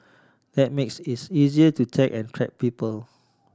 that makes it's easier to tag and track people